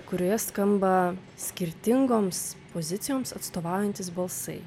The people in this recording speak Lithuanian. kurioje skamba skirtingoms pozicijoms atstovaujantys balsai